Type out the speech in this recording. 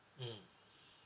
mmhmm